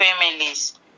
families